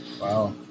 wow